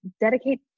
dedicate